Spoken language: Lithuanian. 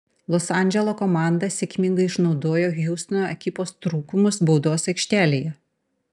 los andželo komanda sėkmingai išnaudojo hjustono ekipos trūkumus baudos aikštelėje